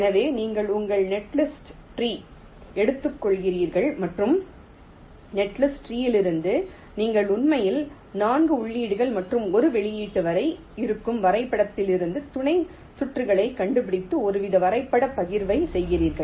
எனவே நீங்கள் உங்கள் நெட்லிஸ்ட் ட்ரீ எடுத்துக்கொள்கிறீர்கள் மற்றும் நெட்லிஸ்ட் ட்ரீலிருந்து நீங்கள் உண்மையில் 4 உள்ளீடுகள் மற்றும் 1 வெளியீடு வரை இருக்கும் வரைபடத்திலிருந்து துணை சுற்றுகளைக் கண்டுபிடித்து ஒருவித வரைபடப் பகிர்வைச் செய்கிறீர்கள்